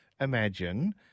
imagine